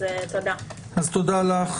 תודה לך,